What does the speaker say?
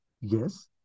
Yes